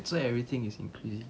that's why everything is increasing